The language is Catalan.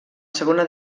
segona